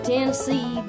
Tennessee